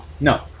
No